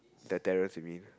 you mean